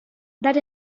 that